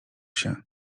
się